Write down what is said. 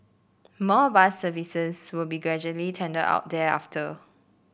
more bus services will be gradually tendered out thereafter